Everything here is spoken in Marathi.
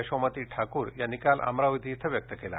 यशोमती ठाक्र यांनी काल अमरावती व्यक्त केला